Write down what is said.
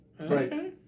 Okay